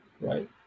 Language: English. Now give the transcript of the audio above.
right